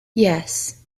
yes